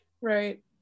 right